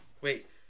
Wait